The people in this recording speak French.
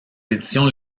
éditions